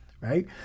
right